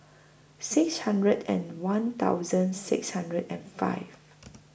six hundred and one thousand six hundred and five